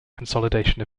consolidation